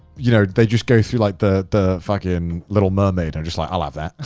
you know, they just go through like the the fucking little mermaid and just like, i'll have that.